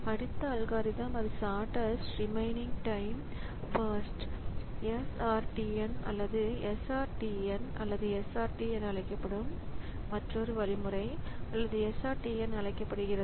அடுத்த அல்காரிதம் அது shortest remaining time first or SRTN அல்லது SRTN அல்லது SRT என அழைக்கப்படும் மற்றொரு வழிமுறை அல்லது SRTN என அழைக்கப்படுகிறது